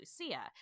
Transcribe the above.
Lucia